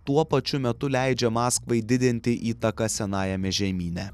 tuo pačiu metu leidžia maskvai didinti įtaką senajame žemyne